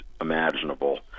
imaginable